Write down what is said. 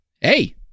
Hey